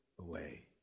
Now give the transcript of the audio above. away